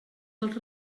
dels